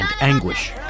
anguish